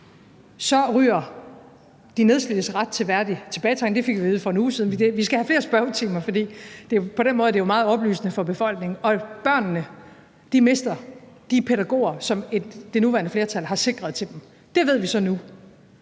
ryger de nedslidtes ret til værdig tilbagetrækning – det fik vi at vide for en uge siden; vi skal have flere spørgetimer, for på den måde er det jo meget oplysende for befolkningen – og børnene mister de pædagoger, som det nuværende flertal har sikret til dem. Det ved vi så nu.